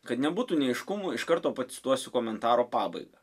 kad nebūtų neaiškumų iš karto pacituosiu komentaro pabaigą